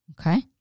Okay